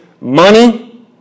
money